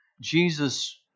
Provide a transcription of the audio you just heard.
Jesus